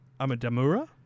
Amadamura